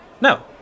No